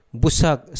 busak